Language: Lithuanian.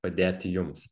padėti jums